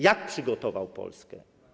Jak przygotował Polskę?